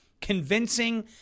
convincing